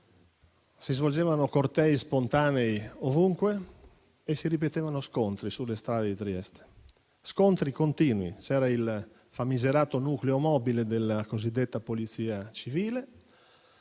Si svolgevano cortei spontanei ovunque e si ripetevano scontri sulle strade di Trieste, scontri continui. C'era il famigerato nucleo mobile della cosiddetta polizia civile,